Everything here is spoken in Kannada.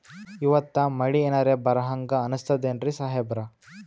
ಇವತ್ತ ಮಳಿ ಎನರೆ ಬರಹಂಗ ಅನಿಸ್ತದೆನ್ರಿ ಸಾಹೇಬರ?